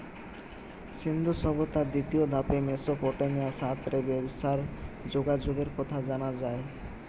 সিন্ধু সভ্যতার দ্বিতীয় ধাপে মেসোপটেমিয়ার সাথ রে ব্যবসার যোগাযোগের কথা জানা যায়